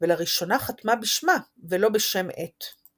ולראשונה חתמה בשמה ולא בשם עט.